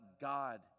God